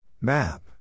Map